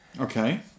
Okay